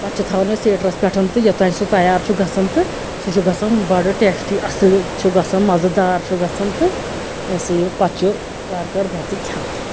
پَتہٕ چھِ تھاوان أسۍ ہیٖٹرَس پٮ۪ٹھ تہٕ یوٚتانۍ سُہ تَیار چھُ گژھان تہٕ سُہ چھُ گژھان بڑٕ ٹیسٹۍ اصٕل چھُ گژھان مَزٕ دار چھُ گژھان تہٕ تہٕ یہِ ہسا یہِ پتہٕ چھِ وارٕ کارٕ بتہٕ کھیٚوان